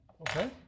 Okay